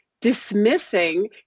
dismissing